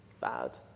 bad